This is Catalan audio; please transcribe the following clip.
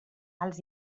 els